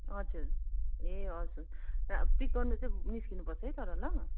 हजुर ए हजुर पिक गर्नु चाहिँ निस्किनु पर्छ है तर ल